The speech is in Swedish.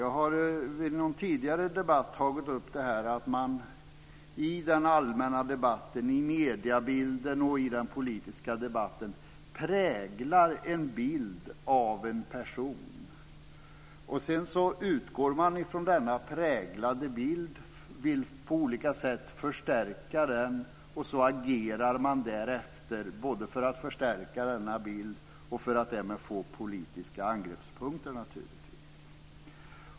Jag har i en tidigare debatt tagit upp att man i den allmänna debatten, i mediebilden och i den politiska debatten präglar en bild av en person. Sedan utgår man ifrån denna präglade bild, vill på olika sätt förstärka denna bild och så agerar man därefter, både för att förstärka denna bild och för att därmed naturligtvis få politiska angreppspunkter.